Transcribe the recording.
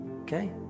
okay